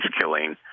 killing